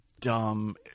dumb